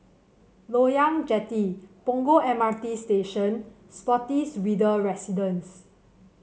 Loyang Jetty Punggol M R T Station Spottiswoode Residence